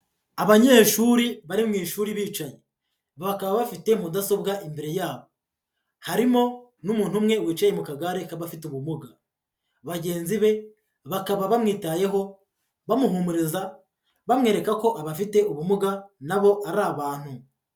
Abanyeshuri bari mu ishuri bicanyi bakaba bafite mudasobwa imbere yabo, harimo n'umuntu umwe wicaye mu kagare k'abafite ubumuga, bagenzi be bakaba bamwitayeho bamuhumuriza bamwereka ko abafite ubumuga na bo ari abantu.